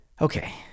Okay